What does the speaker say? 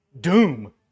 Doom